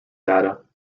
data